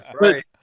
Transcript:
right